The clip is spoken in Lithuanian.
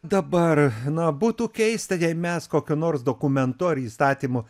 dabar na būtų keista jei mes kokiu nors dokumentu ar įstatymu